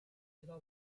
iddo